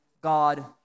God